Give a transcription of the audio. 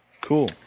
Cool